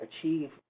achieve